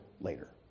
later